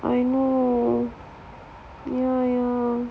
I know ya